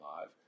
live